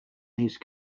these